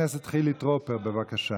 את לא שמעת שאמרתי.